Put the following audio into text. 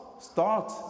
start